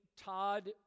Todd